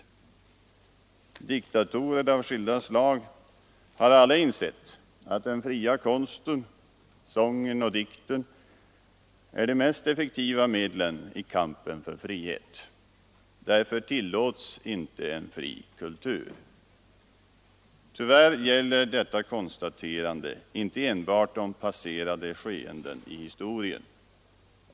Diktatorer av skilda slag har alla insett att den fria konsten, sången och dikten är de mest effektiva medlen i kampen för frihet. Därför tillåts inte en fri kultur. Tyvärr gäller detta konstaterande inte enbart om passerade skeenden i historien.